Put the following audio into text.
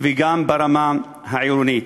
וגם ברמה העירונית.